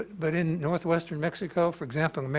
but in north western mexico, for example,